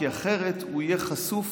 כי אחרת הוא יהיה חשוף